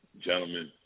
gentlemen